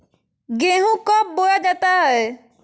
गेंहू कब बोया जाता हैं?